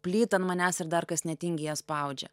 plyta ant manęs ir dar kas netingi ją spaudžia